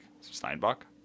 Steinbach